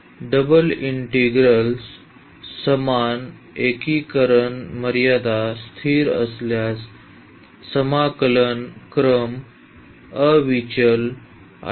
तर double integrals समान एकीकरण मर्यादा स्थिर असल्यास समाकलन क्रम अविचल आहे